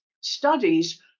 studies